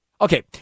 Okay